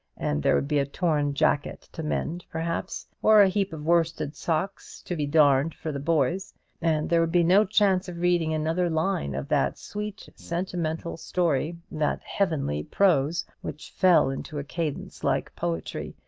and there would be a torn jacket to mend, perhaps, or a heap of worsted socks to be darned for the boys and there would be no chance of reading another line of that sweet sentimental story, that heavenly prose, which fell into a cadence like poetry,